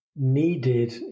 Needed